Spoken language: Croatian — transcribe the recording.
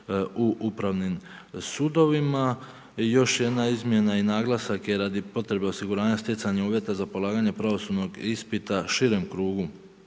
u upravnim sudovima. Još jedna izmjena i naglasak je radi potreba osiguranja stjecanja uvjeta za polaganje pravosudnog ispita širem krugu